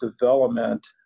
development